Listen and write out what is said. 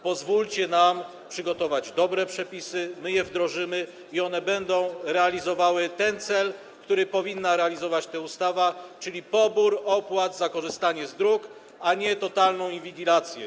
Pozwólcie nam przygotować dobre przepisy, które wdrożymy i które będą realizowały cel, który powinna realizować ta ustawa, czyli pobór opłat za korzystanie z dróg, a nie totalną inwigilację.